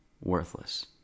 worthless